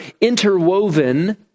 interwoven